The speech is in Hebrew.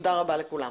תודה רבה לכולם.